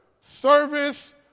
service